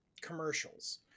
commercials